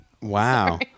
Wow